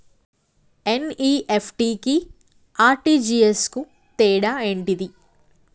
NEFT కి RTGS కు తేడా ఏంటిది?